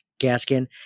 Gaskin